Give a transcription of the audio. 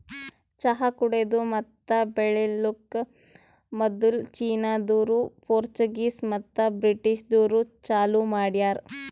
ಚಹಾ ಕುಡೆದು ಮತ್ತ ಬೆಳಿಲುಕ್ ಮದುಲ್ ಚೀನಾದೋರು, ಪೋರ್ಚುಗೀಸ್ ಮತ್ತ ಬ್ರಿಟಿಷದೂರು ಚಾಲೂ ಮಾಡ್ಯಾರ್